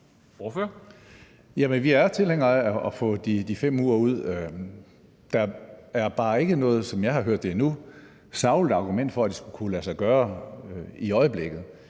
vi er tilhængere af at få de 5 uger ud. Der er bare, som jeg har hørt det, endnu ikke noget sagligt argument for, at det skulle kunne lade sig gøre i øjeblikket.